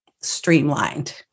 streamlined